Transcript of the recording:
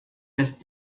just